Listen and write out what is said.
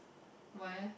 why eh